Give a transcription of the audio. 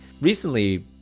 recently